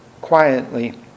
Quietly